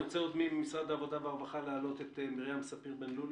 אני רוצה ממשרד העבודה והרווחה להעלות את מרים ספיר בן לולו,